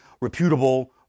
reputable